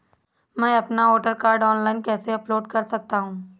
मैं अपना voter card online कैसे अपलोड कर सकता हूँ?